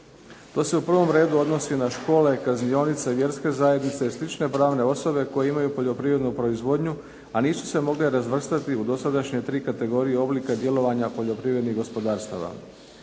To se u prvom redu odnosi na škole, kaznionice, vjerske zajednice i slične pravne osobe koje imaju poljoprivrednu proizvodnju, a nisu se mogle razvrstati u dosadašnje tri kategorije oblika djelovanja poljoprivrednih gospodarstava.